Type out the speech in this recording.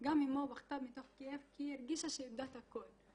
גם אמו בכתה מתוך כאב כי היא הרגישה שאיבדה את הכל.